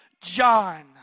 John